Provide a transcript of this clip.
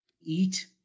Eat